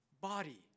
body